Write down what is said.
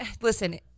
listen